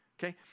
Okay